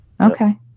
Okay